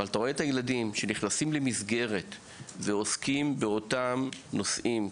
אבל אתה רואה את הילדים שנכנסים למסגרת ועוסקים באותם נושאים,